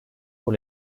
pour